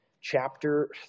chapter